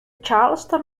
charleston